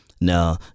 Now